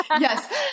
Yes